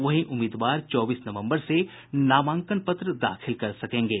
वहीं उम्मीदवार चौबीस नवम्बर से नामांकन पत्र दाखिल कर सकेंगे